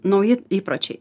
nauji įpročiai